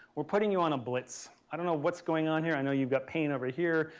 we're putting you on a blitz. i don't know what's going on here. i know you've got pain over here.